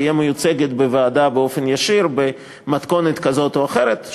תהיה מיוצגת בוועדה באופן ישיר במתכונת כזאת או אחרת.